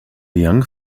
young